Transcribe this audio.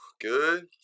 good